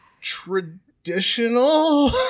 traditional